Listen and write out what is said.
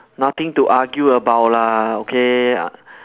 nothing to argue about lah okay